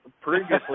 previously